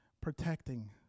protecting